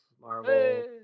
Marvel